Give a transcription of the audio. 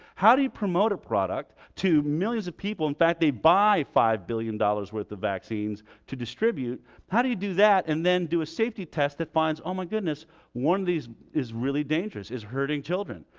how do you promote a product to millions of people in fact they buy five billion dollars worth of vaccines to distribute how do you do that and then do a safety test that finds oh my goodness one of these is really dangerous, is hurting children.